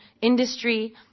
industry